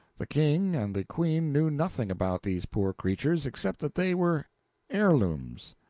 the king and the queen knew nothing about these poor creatures, except that they were heirlooms,